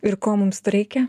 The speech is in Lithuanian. ir ko mums reikia